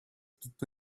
tutto